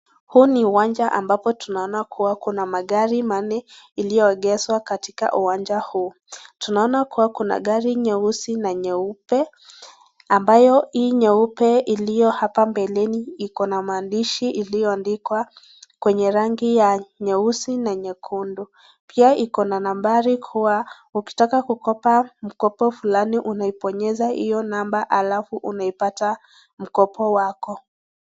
Huu ni uwanja ambapo tunaona kuwa kuna magari manne iliyoegeswa katika uwanja huu. Tunaona kuwa kuna gari nyeusi na nyeupe ambayo hii nyeupe iliyo hapa mbeleni iko na maandishi iliyoandikwa kwenye rangi ya nyeusi na nyekundu, pia iko na nambari kuwa ukitaka kukopa mkopo fulani unainbonyeza hiyo namba alafu unaipata mkopo wako.